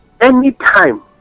anytime